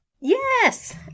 Yes